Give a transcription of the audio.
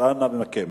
אז אנא מכם.